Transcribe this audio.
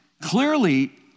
clearly